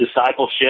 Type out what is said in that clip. discipleship